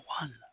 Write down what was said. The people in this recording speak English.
one